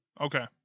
okay